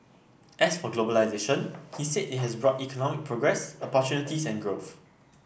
as for globalisation he said it has brought economic progress opportunities and growth